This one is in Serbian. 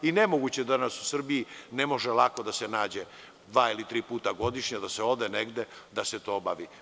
Ne moguće je da danas u Srbiji ne može lako da se nađe dva ili tri puta godišnje, da se ode negde da se to obavi.